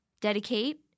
dedicate